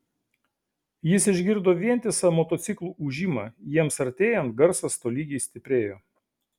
jis išgirdo vientisą motociklų ūžimą jiems artėjant garsas tolygiai stiprėjo